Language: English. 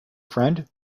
friend